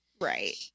Right